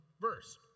verse